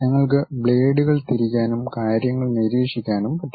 നിങ്ങൾക്ക് ബ്ലേഡുകൾ തിരിക്കാനും കാര്യങ്ങൾ നിരീക്ഷിക്കാനും പറ്റും